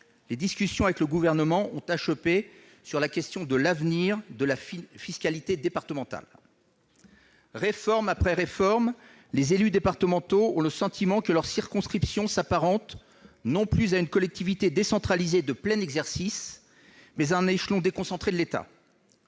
Les discussions avec le Gouvernement ont achoppé sur la question de l'avenir de la fiscalité départementale. Réforme après réforme, les élus départementaux ont le sentiment que leur circonscription s'apparente, non plus à une collectivité décentralisée de plein exercice, mais à un échelon déconcentré de l'État.